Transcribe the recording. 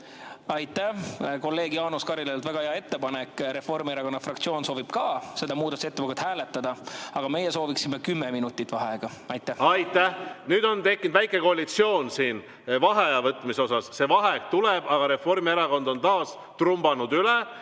Aitäh! Kolleeg Jaanus Karilaiult väga hea ettepanek. Ka Reformierakonna fraktsioon soovib seda muudatusettepanekut hääletada, aga meie sooviksime kümme minutit vaheaega. Aitäh! Nüüd on tekkinud väike koalitsioon siin vaheaja võtmise osas. See vaheaeg tuleb, aga Reformierakond on taas [teisi] üle